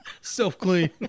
Self-clean